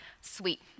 Sweet